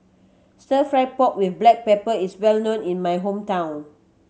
Stir Fried Pork With Black Pepper is well known in my hometown